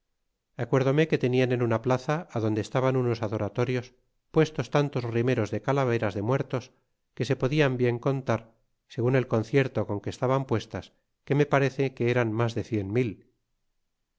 acuérdome que tenian en una plaza adonde estaban unos adoratorios puestos tantos rimeros de calaveras de muertos que se podian bien contar segun el concierto con que estaban puestas que me parece que eran mas de cien mil